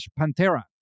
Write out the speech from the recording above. Pantera